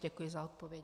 Děkuji za odpovědi.